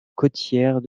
côtière